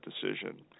decision